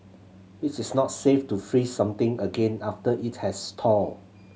its is not safe to freeze something again after it has thawed